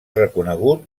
reconegut